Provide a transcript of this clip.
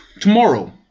tomorrow